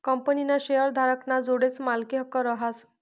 कंपनीना शेअरधारक ना जोडे मालकी हक्क रहास